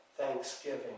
thanksgiving